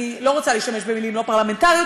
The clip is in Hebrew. אני לא רוצה להשתמש במילים לא פרלמנטריות,